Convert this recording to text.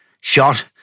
shot